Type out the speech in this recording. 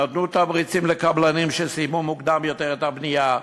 נתנו תמריצים לקבלנים שסיימו מוקדם יותר את הבנייה.